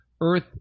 earth